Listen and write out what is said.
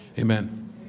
amen